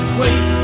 wait